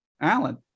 Alan